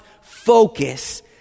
focus